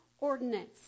ordinance